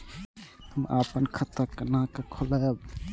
हम अपन खाता केना खोलैब?